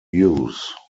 use